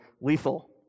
Lethal